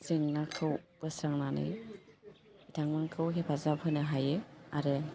जेंनाखौ बोस्रांनानै बिथांमोनखौ हेफाजाब होनो हायो आरो